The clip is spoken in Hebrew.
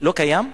לא קיים?